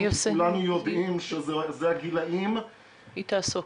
כי כולנו יודעים שאלה הגילאים --- היא תעסוק.